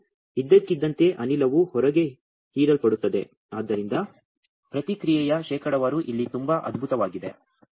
ಮತ್ತು ಇದ್ದಕ್ಕಿದ್ದಂತೆ ಅನಿಲವು ಹೊರಗೆ ಹೀರಲ್ಪಡುತ್ತದೆ ಆದ್ದರಿಂದ ಪ್ರತಿಕ್ರಿಯೆಯ ಶೇಕಡಾವಾರು ಇಲ್ಲಿ ತುಂಬಾ ಅದ್ಭುತವಾಗಿದೆ